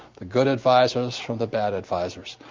the good advisors from the bad advisors,